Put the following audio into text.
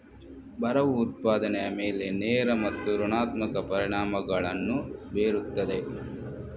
ಬರವು ಉತ್ಪಾದನೆಯ ಮೇಲೆ ನೇರ ಮತ್ತು ಋಣಾತ್ಮಕ ಪರಿಣಾಮಗಳನ್ನು ಬೀರುತ್ತದೆ